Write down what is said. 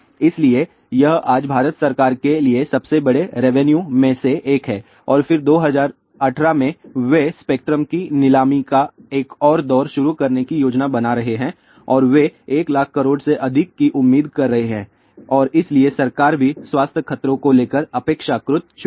इसलिए यह आज भारत सरकार के लिए सबसे बड़े रेवेन्यू में से एक है और फिर से 2018 में वे स्पेक्ट्रम नीलामी का एक और दौर शुरू करने की योजना बना रहे हैं और वे 1 लाख करोड़ से अधिक की उम्मीद कर रहे हैं और इसीलिए सरकार भी स्वास्थ्य खतरों को लेकर अपेक्षाकृत चुप है